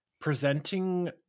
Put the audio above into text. presenting